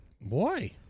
boy